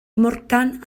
morgan